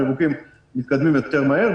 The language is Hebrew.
הם מתקדמים יותר מהר,